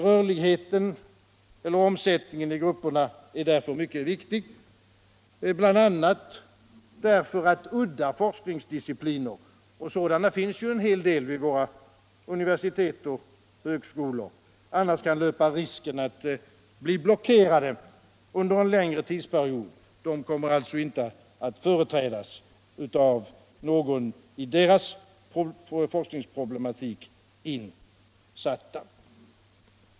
Rörligheten eller omsättningen i grupperna är därför mycket viktig, bl.a. därför att udda forskningsdiscipliner — sådana finns en hel del vid våra universitet och högskolor — kan löpa risken att, om man inte har stor rörlighet, bli blockerade under en längre tidsperiod, genom att de inte kommer att företrädas av någon i deras forskningsproblematik insatt.